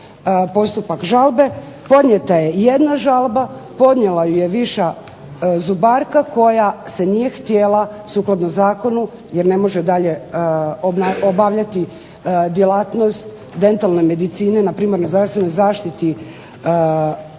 postupak žalbe, podnijeta je jedna žalba, podnijela ju je Viša zubarka koja se nije htjela sukladno Zakonu jer ne može dalje obavljati djelatnost dentalne medicine na primarnoj zdravstvenoj zaštiti, kao